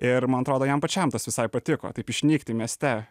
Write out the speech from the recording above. ir man atrodo jam pačiam tas visai patiko taip išnykti mieste